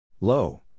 Low